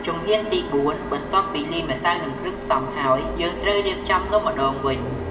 ជំហានទី ៤ បន្ទាប់ពីលាយម្សៅ និងគ្រឿងផ្សំ ហើយយើងត្រូវររៀបចំនំម្ដងវិញ។